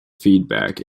feedback